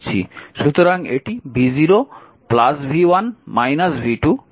সুতরাং এটি v0 v1 v2 0